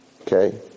Okay